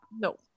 No